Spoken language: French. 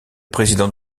président